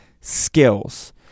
skills